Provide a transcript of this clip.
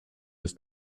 his